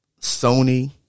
Sony